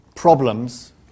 Problems